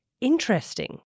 Interesting